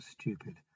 stupid